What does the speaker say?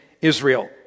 Israel